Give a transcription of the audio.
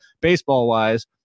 baseball-wise